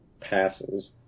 passes